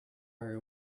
very